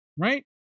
right